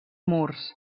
murs